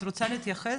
את רוצה להתייחס.